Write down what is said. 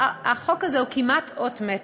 והחוק הזה הוא כמעט אות מתה.